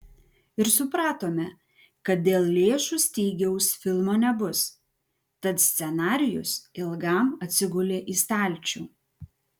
ir supratome kad dėl lėšų stygiaus filmo nebus tad scenarijus ilgam atsigulė į stalčių